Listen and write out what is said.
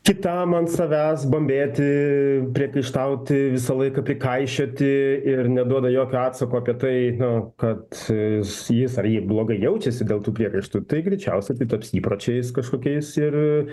kitam ant savęs bambėti priekaištauti visą laiką prikaišioti ir neduoda jokio atsako apie tai nu kad jis jis ar ji blogai jaučiasi dėl tų priekaištų tai greičiausiai tai taps įpročiais kažkokiais ir